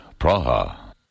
Praha